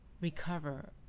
recover